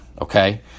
okay